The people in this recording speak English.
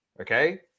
okay